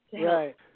Right